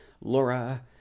Laura